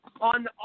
on